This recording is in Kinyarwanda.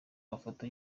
mafoto